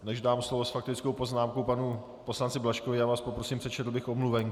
Než dám slovo s faktickou poznámkou panu poslanci Blažkovi já vás poprosím přečetl bych omluvenky.